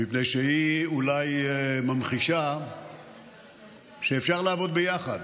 מפני שהיא אולי ממחישה שאפשר לעבוד ביחד.